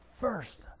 first